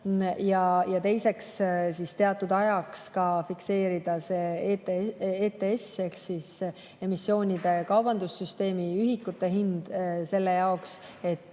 Ja teiseks, teatud ajaks fikseerida ETS-i ehk emissioonide kaubandussüsteemi ühikute hind selle jaoks, et